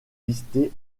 listée